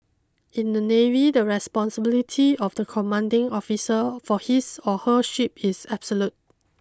in the navy the responsibility of the commanding officer for his or her ship is absolute